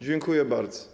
Dziękuję bardzo.